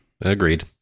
Agreed